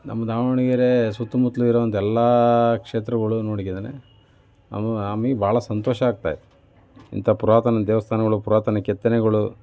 ನಮ್ಮ ದಾವಣಗೆರೆ ಸುತ್ತಮುತ್ತ ಇರುವಂಥ ಎಲ್ಲ ಕ್ಷೇತ್ರಗಳು ನೋಡಿಗಿದೇನೆ ಅವನು ಅಮ್ಮಿ ಬಹಳ ಸಂತೋಷ ಆಗ್ತಾಯಿದೆ ಇಂತ ಪುರಾತನ ದೇವಸ್ತಾನಗಳು ಪುರಾತನ ಕೆತ್ತನೆಗಳು